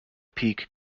peak